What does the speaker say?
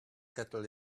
kettle